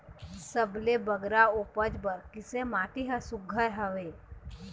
सबले बगरा उपज बर किसे माटी हर सुघ्घर हवे?